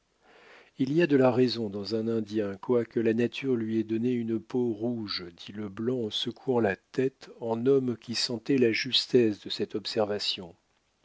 il y a de la raison dans un indien quoique la nature lui ait donné une peau rouge dit le blanc en secouant la tête en homme qui sentait la justesse de cette observation